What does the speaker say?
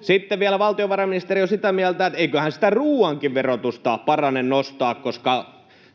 Sitten vielä valtiovarainministeriö on sitä mieltä, että eiköhän sitä ruuankin verotusta parane nostaa, koska